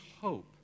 hope